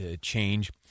change